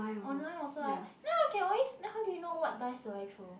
online also ah then I can always then how do you know what dice do I throw